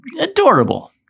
adorable